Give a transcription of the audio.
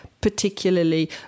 particularly